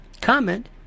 comment